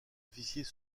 officiers